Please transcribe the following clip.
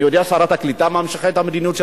אני יודע ששרת הקליטה ממשיכה את המדיניות של